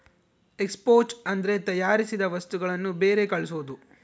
export ಅಂದ್ರೆ ತಯಾರಿಸಿದ ವಸ್ತುಗಳನ್ನು ಬೇರೆ ಕಳ್ಸೋದು